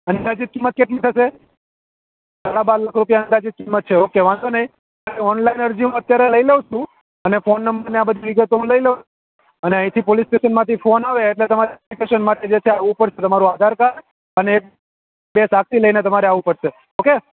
અંદાજિત કિંમત કેટલી થશે સાડા બાર લાખ રૂપિયા અંદાજિત કિંમત છે ઓકે વાંધો નહીં અને ઓનલાઇન અરજી અત્યારે હું લઈ લઉં છું અને ફોન નંબર ને આ બધી વિગત હું લઈ લઉં અને અહીંથી પોલીસ સ્ટેશનમાંથી ફોન આવે એટલે તમારે એપ્લિકેશન માટે જે છે ઉપરથી તમારું આધાર કાર્ડ અને બે સાક્ષી લઈને તમારે આવવું પડશે ઓકે